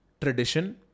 tradition